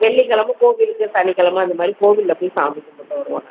வெள்ளிக்கிழம கோவிலுக்கு சனிக்கிழம அ இந்த மாதிரி கோவிலில் போய் கும்பிட்டு வருவோம் நாங்கள்